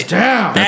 down